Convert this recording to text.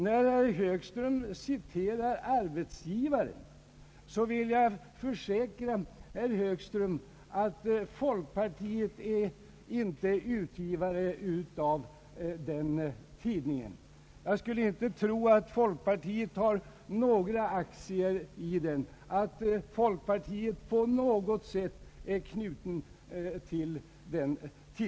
När herr Högström citerar ur Arbetsgivaren vill jag försäkra honom att folkpartiet inte är utgivare av den tidskriften. Jag skulle inte tro att folkpartiet ens har några aktier i den eller på något sätt är knutet till den.